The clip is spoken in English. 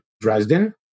dresden